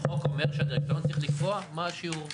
החוק אומר שהדירקטוריון צריך לקבוע מה השיעור.